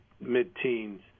mid-teens